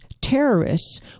terrorists